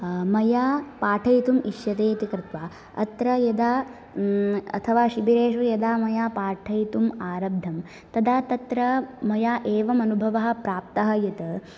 मया पाठयितुं इष्यते इति कृत्वा अत्र यदा अथवा शिबिरेषु यदा मया पाठयितुम् आरब्धं तदा तत्र मया एवं अनुभवः प्राप्तः यत्